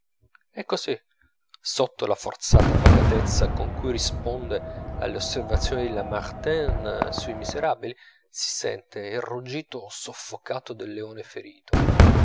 e così sotto la forzata pacatezza con cui risponde alle osservazioni di lamartine sui miserabili si sente il ruggito soffocato del leone ferito